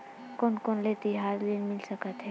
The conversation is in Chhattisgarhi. कोन कोन ले तिहार ऋण मिल सकथे?